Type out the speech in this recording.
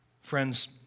Friends